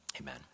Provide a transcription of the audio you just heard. amen